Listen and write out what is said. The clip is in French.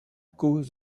cause